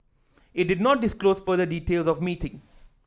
it did not disclose further details of meeting